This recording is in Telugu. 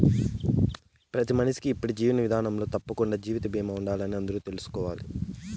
ప్రతి మనిషికీ ఇప్పటి జీవన విదానంలో తప్పకండా జీవిత బీమా ఉండాలని అందరూ తెల్సుకోవాలి